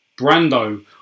Brando